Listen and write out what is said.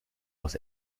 aus